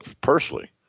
personally